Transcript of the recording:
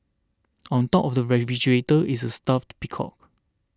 on top of the refrigerator is a stuffed peacock